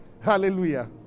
Hallelujah